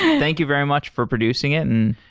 thank you very much for producing in.